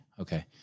okay